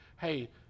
hey